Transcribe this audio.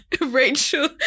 Rachel